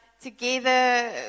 together